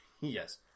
Yes